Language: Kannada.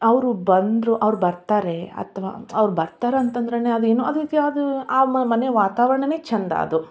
ಅವರು ಬಂದರು ಅವ್ರು ಬರ್ತಾರೆ ಅಥವಾ ಅವ್ರು ಬರ್ತಾರೆ ಅಂತ ಅಂದ್ರೇನೆ ಅದೇನೋ ಅದಕ್ಕೆ ಅದು ಆ ಮನೆ ವಾತಾವರಣವೇ ಚೆಂದ ಅದು